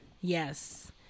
Yes